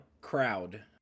crowd